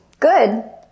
Good